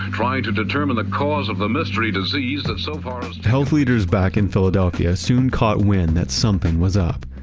trying to determine the cause of the mystery disease that so far has, health leaders back in philadelphia soon caught wind that something was up.